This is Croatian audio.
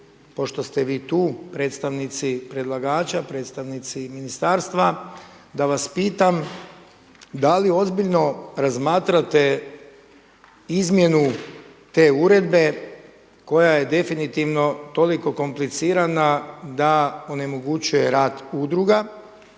pošto ste vi tu, predstavnici predlagača, predstavnici ministarstva da vas pitam, da li ozbiljno razmatrate izmjenu te uredbe koja je definitivno toliko komplicirana da onemogućuje rad udruga?